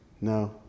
No